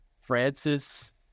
Francis